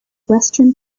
western